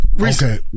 Okay